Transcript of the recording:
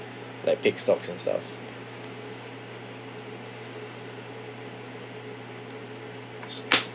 like pick stocks and stuff s~